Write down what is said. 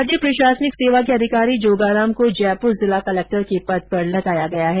भारतीय प्रशासनिक सेवा के अधिकारी जोगाराम को जयपुर जिला कलेक्टर लगाया गया है